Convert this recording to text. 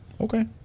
Okay